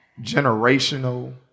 generational